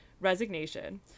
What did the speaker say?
resignation